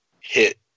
hit